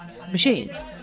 machines